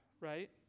right